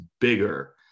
bigger